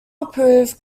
approved